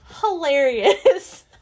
hilarious